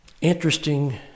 Interesting